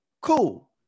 cool